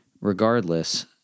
regardless